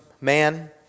man